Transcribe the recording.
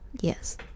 Yes